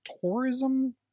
tourism